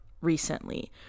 recently